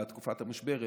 בתקופת המשבר,